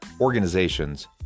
organizations